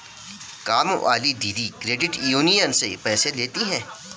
कामवाली दीदी credit union से पैसे लेती हैं